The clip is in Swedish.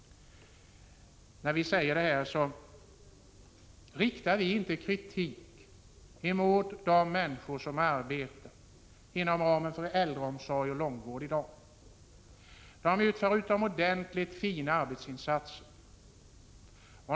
När vi säger detta framför vi inte kritik mot de människor som arbetar inom äldreomsorg och långvård i dag. De gör utomordentligt fina arbetsinsatser.